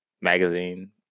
magazine